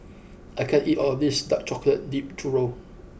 I can't eat all of this Dark Chocolate Dipped Churro